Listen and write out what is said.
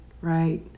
right